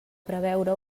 preveure